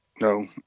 No